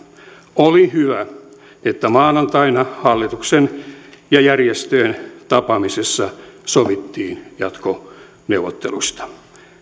oli hyvä että maanantaina hallituksen ja järjestöjen tapaamisessa sovittiin jatkoneuvotteluista